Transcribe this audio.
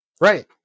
Right